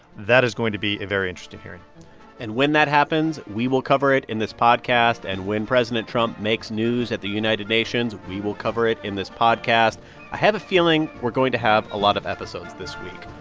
that is going to be a very interesting hearing and when that happens, we will cover it in this podcast. and when president trump makes news at the united nations, we will cover it in this podcast. i have a feeling we're going to have a lot of episodes this week.